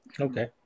Okay